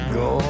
go